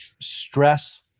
stress